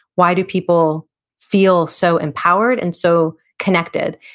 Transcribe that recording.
why do people feel so empowered and so connected?